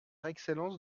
excellence